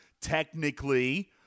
technically